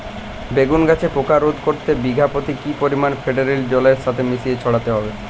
বেগুন গাছে পোকা রোধ করতে বিঘা পতি কি পরিমাণে ফেরিডোল জলের সাথে মিশিয়ে ছড়াতে হবে?